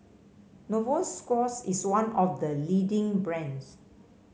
Novosource is one of the leading brands